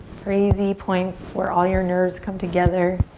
crazy points where all your nerves come together.